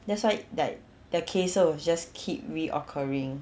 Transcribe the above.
that's why like the cases will just keep reoccurring